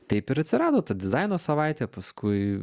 taip ir atsirado ta dizaino savaitė paskui